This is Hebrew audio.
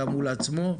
גם מול עצמו,